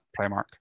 Primark